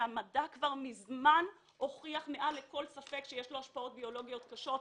שהמדע כבר מזמן הוכיח מעל לכל ספק שיש לו השפעות ביולוגיות קשות.